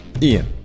Ian